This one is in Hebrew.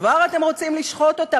כבר אתם רוצים לשחוט אותה?